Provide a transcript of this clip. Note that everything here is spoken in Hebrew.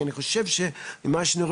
כי אני חושב שממה שאני רואה